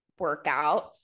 workouts